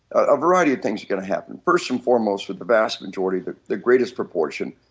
a variety of things is going to happen. first and foremost, with the vast majority, the the greatest proportion,